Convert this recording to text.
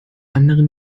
anderen